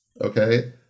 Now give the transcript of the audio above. Okay